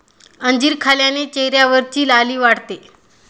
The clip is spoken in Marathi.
अंजीर खाल्ल्याने चेहऱ्यावरची लाली वाढते